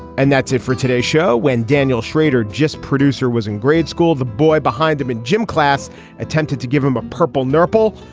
and that's it for today's show when daniel shrader, just producer, was in grade school. the boy behind them in gym class attempted to give him a purple nopal,